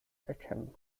erkennen